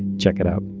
check it out